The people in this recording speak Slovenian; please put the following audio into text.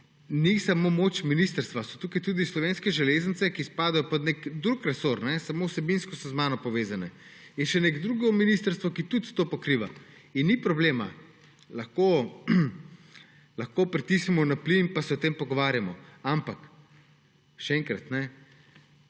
ni samo moč ministrstva, so tukaj tudi Slovenske železnice, ki spadajo pod nek drug resor, samo vsebinsko so z mano povezane. In še neko drugo ministrstvo, ki tudi to pokriva. Ni problema, lahko pritisnemo na plin, pa se o tem pogovarjamo. Ampak, še enkrat,